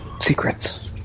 Secrets